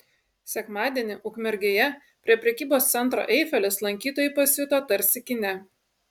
sekmadienį ukmergėje prie prekybos centro eifelis lankytojai pasijuto tarsi kine